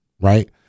right